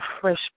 fresh